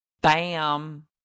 Bam